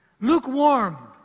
Lukewarm